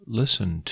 listen